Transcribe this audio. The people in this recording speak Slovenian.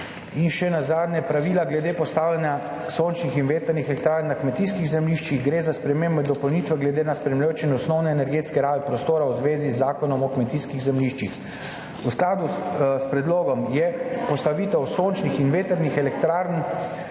In še nazadnje pravila glede postavljanja sončnih in vetrnih elektrarn na kmetijskih zemljiščih. Gre za spremembe in dopolnitve glede na spremljajoče osnovne energetske rabe prostora v zvezi z Zakonom o kmetijskih zemljiščih. V skladu s predlogom je postavitev sončnih in vetrnih elektrarn